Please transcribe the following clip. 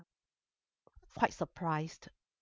quite surprised